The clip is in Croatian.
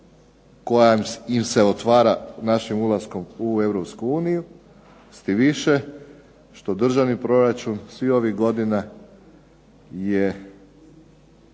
koja im se otvara našim ulaskom u Europsku uniju s tim više što državni proračun svih ovih godina je